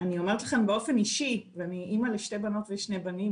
אני אומרת לכם באופן אישי ואני אמא לשתי בנות ולשני בנים,